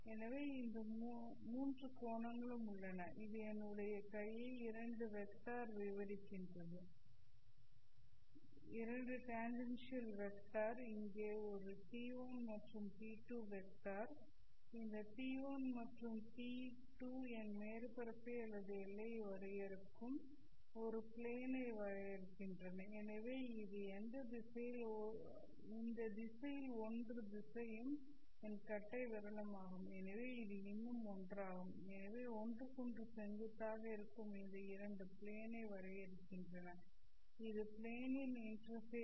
எனவே இந்த மூன்று கோணங்களும் உள்ளன இது என்னுடைய கையை 2 வெக்டர் விவரிக்கிறது 2 டேன்ஜென்ஷியல் வெக்டர் இங்கே ஒரு t1 மற்றும் ஒரு t2 வெக்டர் இந்த t1 மற்றும் t2 என் மேற்பரப்பை அல்லது எல்லையை வரையறுக்கும் ஒரு பிளேன் ஐ வரையறுக்கின்றன எனவே இவை இந்த திசையில் 1 திசையும் என் கட்டைவிரலும் ஆகும் எனவே இது இன்னும் ஒன்றாகும் எனவே ஒன்றுக்கொன்று செங்குத்தாக இருக்கும் இந்த இரண்டு பிளேன் ஐ வரையறுக்கின்றன இது பிளேன் இன் இன்டர்பேஸ்